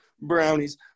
brownies